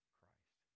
Christ